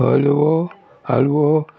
हलवो हालवो